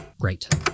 Great